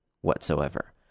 whatsoever